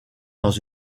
dans